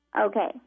okay